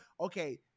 okay